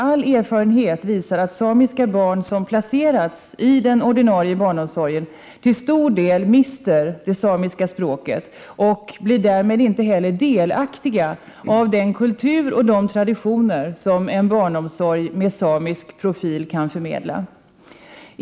All erfarenhet visar att samiska barn som har placerats i den ordinarie barnomsorgen till stor del mister det samiska språket, och de blir därmed inte heller delaktiga i den kultur och de traditioner som en barnomsorg med samisk profil kan förmedla.